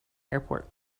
airport